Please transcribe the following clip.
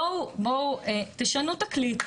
בואו תשנו תקליט,